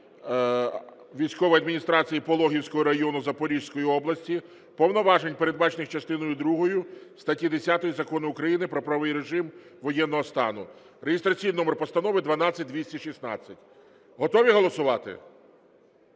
військової адміністрації Пологівського району Запорізької області повноважень, передбачених частиною другою статті 10 Закону України "Про правовий режим воєнного стану" (реєстраційний номер Постанови 12216). Готові голосувати?